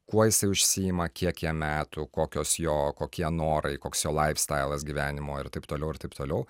kuo jisai užsiima kiek jam metų kokios jo kokie norai koks jo laif stailas gyvenimo ir taip toliau ir taip toliau